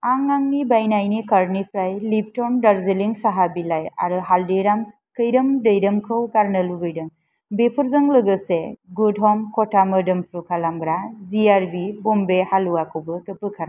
आं आंनि बायनायनि कार्टनिफ्राय लिप्टन दार्जिलिं साहा बिलाइ आरो हालदिराम्स खैरोम दैरोमखौ गारनो लुबैदों बेफोरजों लोगोसे गुड ह'म खथा मोदोमफ्रु खालामग्रा जिआरबि बम्बे हाल्वाखौबो बोखारफा